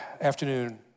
afternoon